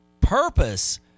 purpose